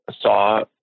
saw